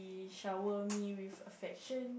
he shower me with affection